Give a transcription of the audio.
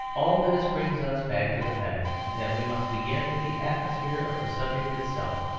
all this brings us back to the fact that we must begin with the atmosphere of the subject itself.